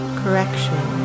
correction